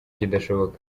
kidashoboka